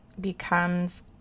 becomes